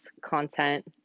content